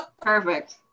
perfect